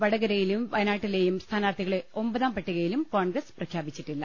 വടകരയിലെയും വയനാട്ടി ലെയും സ്ഥാനാർഥികളെ ഒമ്പതാം പട്ടികയിലും കോൺഗ്രസ് പ്രഖ്യാപിച്ചിട്ടില്ല